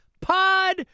Pod